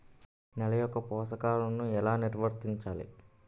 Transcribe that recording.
నెల యెక్క పోషకాలను ఎలా నిల్వర్తించాలి